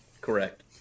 Correct